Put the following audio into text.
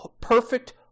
perfect